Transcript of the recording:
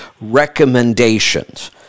recommendations